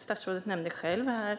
Statsrådet nämnde själv förslagen om